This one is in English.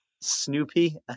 snoopy